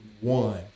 one